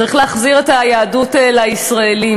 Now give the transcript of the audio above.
צריך להחזיר את היהדות לישראלים.